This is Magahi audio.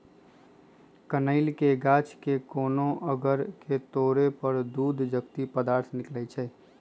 कनइल के गाछ के कोनो अङग के तोरे पर दूध जकति पदार्थ निकलइ छै